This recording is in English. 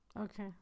Okay